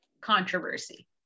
controversy